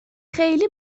خیلی